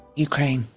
ukraine.